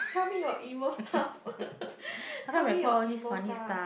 tell me your emo stuff tell me your emo stuff